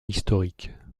historique